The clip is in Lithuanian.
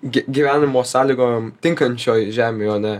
gy gyvenimo sąlygom tinkančioj žemėj o ne